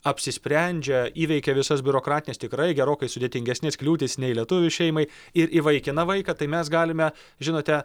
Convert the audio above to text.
apsisprendžia įveikia visas biurokratines tikrai gerokai sudėtingesnės kliūtis nei lietuvių šeimai ir įvaikina vaiką tai mes galime žinote